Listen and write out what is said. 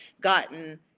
gotten